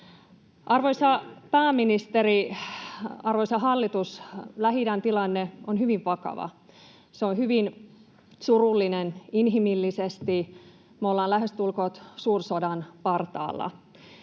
Arvoisa pääministeri, arvoisa hallitus! Lähi-idän tilanne on hyvin vakava, se on hyvin surullinen inhimillisesti. Me ollaan lähestulkoon suursodan partaalla.